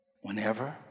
Whenever